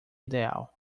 ideal